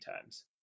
times